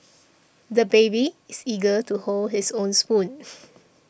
the baby is eager to hold his own spoon